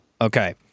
Okay